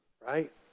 Right